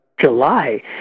July